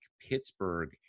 Pittsburgh